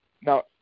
Now